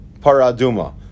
paraduma